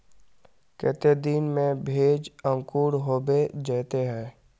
केते दिन में भेज अंकूर होबे जयते है?